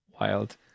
wild